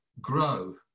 grow